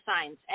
signs